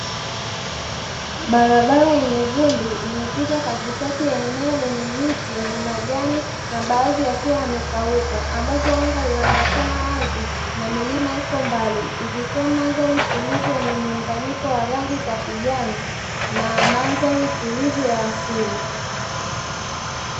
Barabara yenye vumbi imepita katikati ya eneo lenye miti yenye majani na baadhi yakiwa yamekauka, ambavyo anga linaonekana wazi na milima iko mbali ikitoa mandhari tulivu yenye muunganiko wa rangi za kijani na mandhari tulivu ya asili.